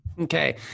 okay